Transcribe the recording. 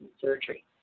surgery